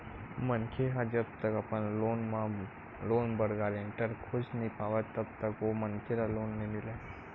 मनखे ह जब तक अपन लोन बर गारेंटर खोज नइ पावय तब तक ओ मनखे ल लोन नइ मिलय